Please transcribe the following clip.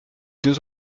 deux